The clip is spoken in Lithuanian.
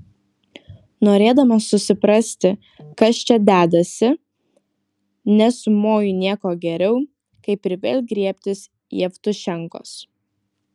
norėdamas susiprasti kas čia dedasi nesumoju nieko geriau kaip ir vėl griebtis jevtušenkos